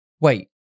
wait